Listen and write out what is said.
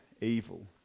evil